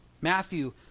Matthew